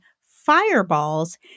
fireballs